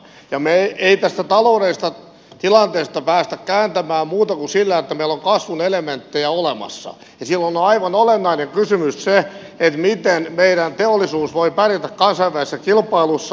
me emme tästä taloudellisesta tilanteesta pääse kääntämään muuten kuin sillä että meillä on kasvun elementtejä olemassa ja silloin on aivan olennainen kysymys miten meidän teollisuutemme voi pärjätä kansainvälisessä kilpailussa